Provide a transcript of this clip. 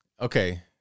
okay